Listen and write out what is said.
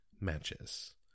matches